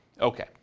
Okay